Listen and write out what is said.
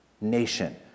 nation